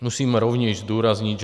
Musím rovněž zdůraznit, že